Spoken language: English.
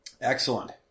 Excellent